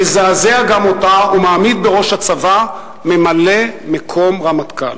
מזעזע גם אותה ומעמיד בראש הצבא ממלא-מקום רמטכ"ל.